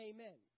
Amen